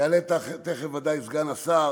יעלה תכף בוודאי סגן השר